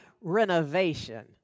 renovation